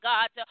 God